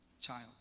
child